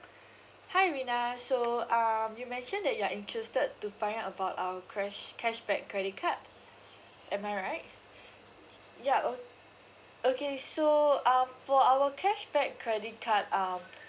hi rina so um you mentioned that you are interested to find out about our crash cashback credit card am I right ya o~ okay so um for our cashback credit card um